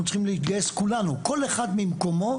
צריכים להתגייס כולנו כל אחד ממקומו,